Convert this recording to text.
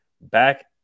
Back